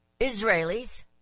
Israelis